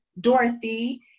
Dorothy